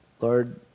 Lord